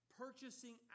Purchasing